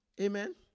Amen